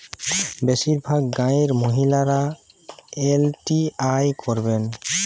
বেশিরভাগ গাঁয়ের মহিলারা এল.টি.আই করেন